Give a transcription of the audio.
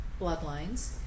bloodlines